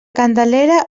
candelera